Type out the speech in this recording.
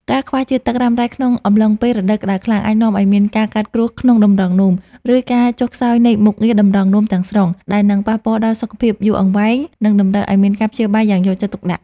ការខ្វះជាតិទឹករ៉ាំរ៉ៃក្នុងអំឡុងពេលរដូវក្ដៅខ្លាំង អាចនាំឱ្យមានការកើតគ្រួសក្នុងតម្រងនោម ឬការចុះខ្សោយនៃមុខងារតម្រងនោមទាំងស្រុង ដែលនឹងប៉ះពាល់ដល់សុខភាពយូរអង្វែង និងតម្រូវឱ្យមានការព្យាបាលយ៉ាងយកចិត្តទុកដាក់។